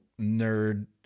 nerd